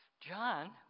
John